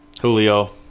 Julio